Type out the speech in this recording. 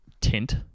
tint